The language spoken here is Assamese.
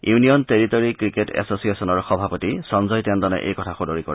ইউনিয়ন টেৰিটৰী ক্ৰিকেট এছছিয়েছনৰ সভাপতি সঞ্জয় টেণ্ডনে এই কথা সদৰি কৰে